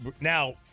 now